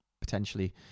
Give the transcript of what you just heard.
potentially